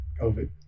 COVID